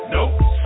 Nope